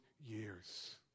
years